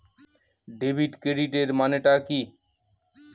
Debit ক্রেডিটের মানে টা কি?